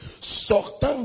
Sortant